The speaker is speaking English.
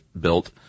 built